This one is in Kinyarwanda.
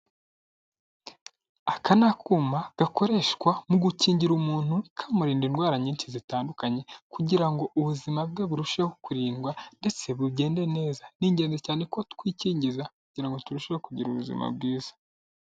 Aka ni akuma gakoreshwa mu gukingira umuntu, kamurinda indwara nyinshi zitandukanye, kugira ngo ubuzima bwe burusheho kurindwa ndetse bugende neza. Ni ingenzi cyane ko twikingiza kugira ngo turusheho kugira ubuzima bwiza.